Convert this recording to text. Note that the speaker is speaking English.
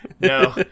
No